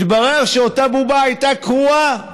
התברר שאותה בובה הייתה קרועה: